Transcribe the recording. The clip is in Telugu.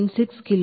ఇది 88